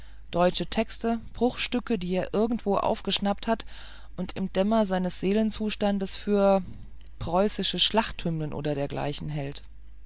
deutsche texte bruchstücke die er irgendwo aufgeschnappt hat und im dämmer seines seelenzustandes für preußische schlachthymnen oder dergleichen hält